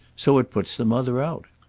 so it puts the mother out.